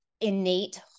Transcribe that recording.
innate